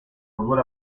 fútbol